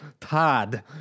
Todd